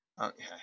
Okay